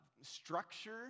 structure